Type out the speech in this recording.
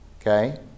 Okay